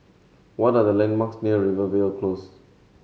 what are the landmarks near Rivervale Close